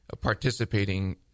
participating